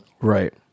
Right